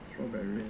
strawberry